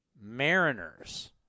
Mariners